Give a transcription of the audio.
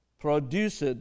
produced